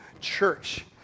church